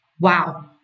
wow